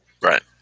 Right